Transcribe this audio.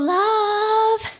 love